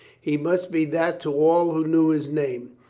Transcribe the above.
he must be that to all who knew his name,